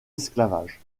esclavage